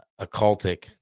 Occultic